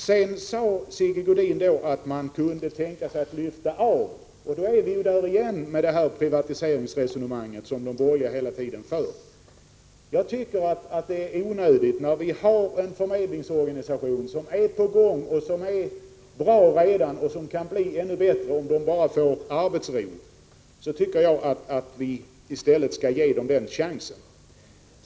Sedan sade Sigge Godin att man kunde tänka sig att lyfta av en del uppgifter från arbetsförmedlingen. Men då är vi ju tillbaka i det privatiseringsresonemang som de borgerliga hela tiden för. Jag tycker att när vi har en förmedlingsorganisation som redan nu är bra, men som håller på att utvecklas och som kan bli ännu bättre om den bara får arbetsro, då bör vi ge förmedlingsorganisationen chansen.